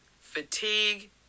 fatigue